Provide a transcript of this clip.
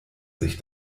sich